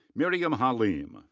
miriam halim.